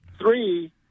Three